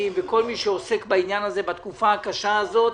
וכל מי שעוסק בעניין הזה בתקופה הקשה הזאת,